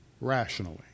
rationally